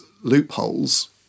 loopholes